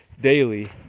daily